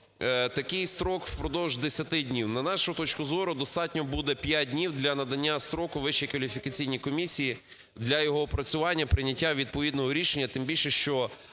такий строк впродовж 10 днів. На нашу точку зору, достатньо буде 5 днів для надання строку Вищій кваліфікаційній комісії для його опрацювання, прийняття відповідного рішення, тим більше, що